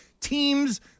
teams